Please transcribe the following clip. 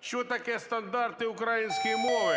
Що таке стандарти української мови